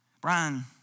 Brian